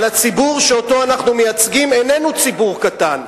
אבל הציבור שאנחנו מייצגים איננו ציבור קטן.